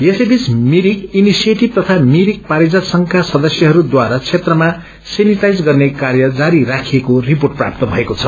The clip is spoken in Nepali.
यस बीच भिरिक इनिसिएटिथ तथा भिरिक पारिजात संघका सदस्यहरूद्वारा क्षेत्रमा सेनिटाइज गर्ने कार्य जारी राखिएको रिपोर्ट प्राप्त भएको छ